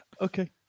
Okay